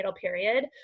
period